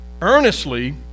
earnestly